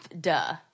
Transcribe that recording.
Duh